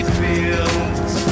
fields